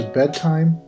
Bedtime